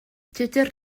tudur